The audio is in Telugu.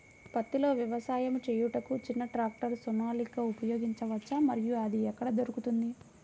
పత్తిలో వ్యవసాయము చేయుటకు చిన్న ట్రాక్టర్ సోనాలిక ఉపయోగించవచ్చా మరియు అది ఎక్కడ దొరుకుతుంది?